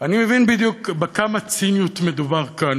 אני מבין בדיוק בכמה ציניות מדובר כאן.